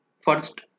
first